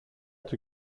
του